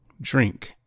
drink